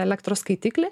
elektros skaitiklį